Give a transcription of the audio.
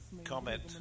Comment